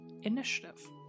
initiative